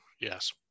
yes